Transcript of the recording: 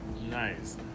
Nice